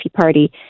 party